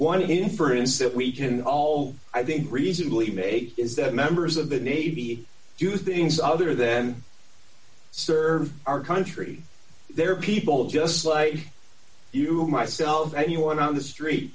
one inference that we can all i think reasonably d make is that members of the navy do things other then serve our country there are people just like you myself or anyone on the street